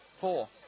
four